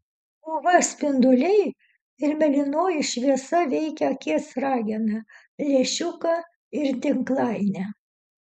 uv spinduliai ir mėlynoji šviesa veikia akies rageną lęšiuką ir tinklainę